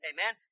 Amen